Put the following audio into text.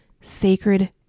sacred